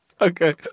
Okay